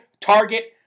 target